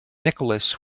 nicholas